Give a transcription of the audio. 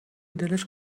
دلش